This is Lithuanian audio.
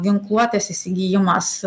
ginkluotės įsigijimas